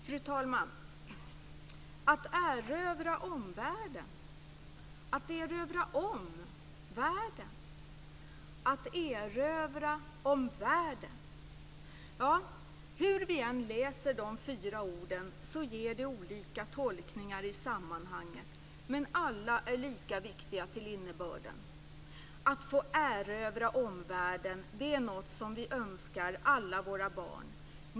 Fru talman! Att erövra omvärlden. Att erövra om världen. Att erövra om världen. Ja, hur vi än läser de fyra orden ger det olika tolkningar i sammanhanget. Men alla är lika viktiga till innebörden. Att få erövra omvärlden är något som vi önskar alla våra barn.